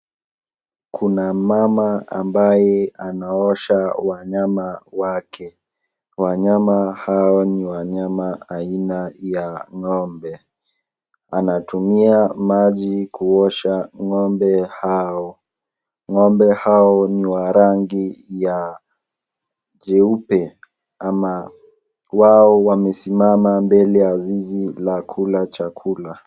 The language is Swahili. Kuna mama ambaye anaosha wanyama wake. Wanyama hao ni wanyama aina ya ngombe. Anatumia maji kuosha ngombe hao. Ngombe hao ni wa rangi ya jeupe ama wao wamesimama mbele ya zizi la kula chakula.